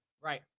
right